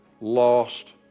lost